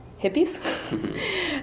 hippies